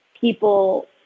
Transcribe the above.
people